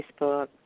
Facebook